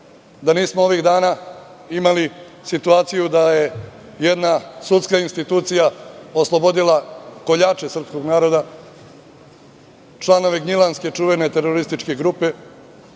da nismo ovih dana imali situaciju da je jedna sudska institucija oslobodila koljače srpskog naroda, članove čuvene Gnjilanske terorističke grupe,